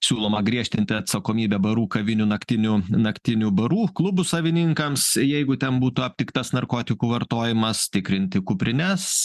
siūloma griežtinti atsakomybę barų kavinių naktinių naktinių barų klubų savininkams jeigu ten būtų aptiktas narkotikų vartojimas tikrinti kuprines